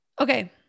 Okay